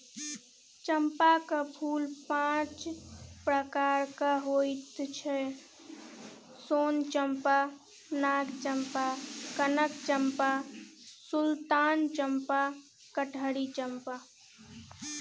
चंपाक फूल पांच प्रकारक होइ छै सोन चंपा, नाग चंपा, कनक चंपा, सुल्तान चंपा, कटहरी चंपा